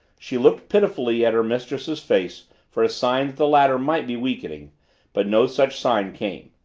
she looked pitifully at her mistress's face for a sign that the latter might be weakening but no such sign came.